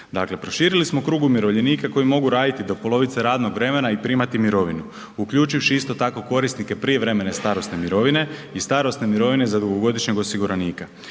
Dakle proširili smo krug umirovljenika koji mogu raditi do polovice radnog vremena i primati mirovinu, uključivši isto tako korisnike prijevremene starosne mirovine i starosne mirovine za dugogodišnjeg osiguranika.